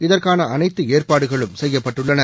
இதற்கான அனைத்து ஏற்பாடுகளும் செய்யப்பட்டுள்ளன